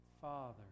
Father